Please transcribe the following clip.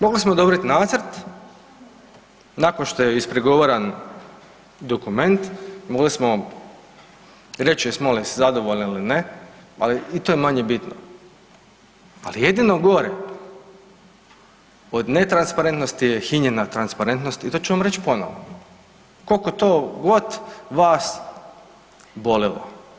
Mogli smo dobit nacrt nakon što je ispregovaran dokument, mogli smo reći jesmo li zadovoljni ili ne, ali i to je manje bitno, ali jedino gore od netransparentnosti je hinjena transparentnost i to ću vam reći ponovo, koliko to god vas bolilo.